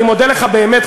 אני מודה לך באמת,